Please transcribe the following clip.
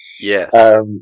Yes